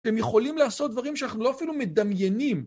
הם יכולים לעשות דברים שאנחנו לא אפילו מדמיינים.